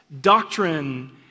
doctrine